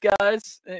guys